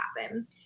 happen